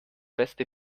beste